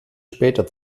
später